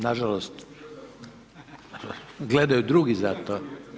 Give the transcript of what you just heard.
Nažalost… ... [[Upadica se ne čuje.]] Gledaju drugi zato.